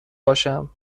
باشم